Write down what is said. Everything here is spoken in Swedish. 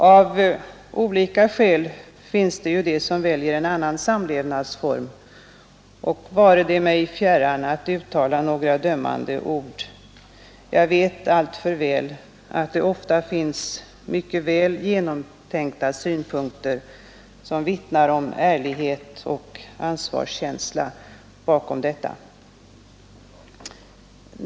Av olika skäl finns det de som väljer en annan samlevnadsform, och det vare mig fjärran att uttala några dömande ord om det. Jag vet att det bakom detta ofta finns mycket väl genomtänkta synpunkter, som vittnar om ärlighet och ansvarskänsla.